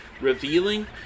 revealing